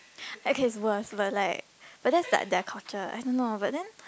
okay it's worse but like but then it's like their culture I don't know but then